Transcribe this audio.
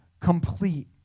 complete